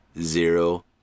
Zero